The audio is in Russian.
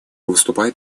выступает